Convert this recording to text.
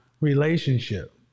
relationship